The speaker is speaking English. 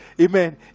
Amen